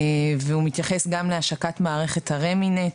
והוא מתייחס גם להשקת מערכת ה"רמינט"